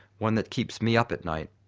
one that keeps me up at night.